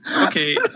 okay